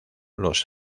los